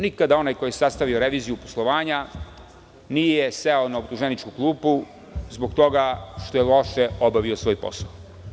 Nikada onaj koji je sastavio reviziju poslovanja nije seo na optuženičku klupu zbog toga što je loše obavio svoj posao.